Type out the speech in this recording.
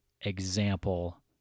example